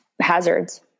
hazards